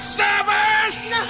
service